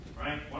right